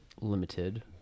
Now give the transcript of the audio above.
Limited